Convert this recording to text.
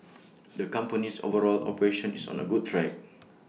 the company's overall operation is on A good track